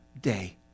day